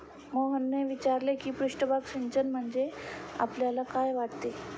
मोहनने विचारले की पृष्ठभाग सिंचन म्हणजे आपल्याला काय वाटते?